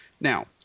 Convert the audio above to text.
Now